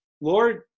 Lord